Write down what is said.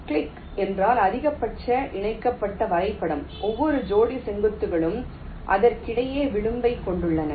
click என்றால் அதிகபட்சமாக இணைக்கப்பட்ட வரைபடம் ஒவ்வொரு ஜோடி செங்குத்துகளும் அவற்றுக்கிடையே விளிம்பைக் கொண்டுள்ளன